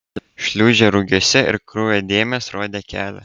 šliūžė rugiuose ir kraujo dėmės rodė kelią